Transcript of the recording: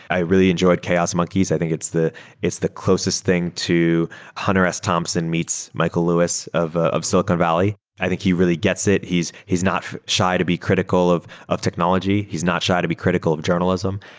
i really enjoyed chaos monkeys. i think it's the it's the closest thing to hunter s. thompson meets michael lewis of of silicon valley. i think he really gets it. he's he's not shy to be critical of of technology. he's not shy to be critical of journalism.